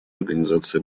организации